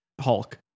Hulk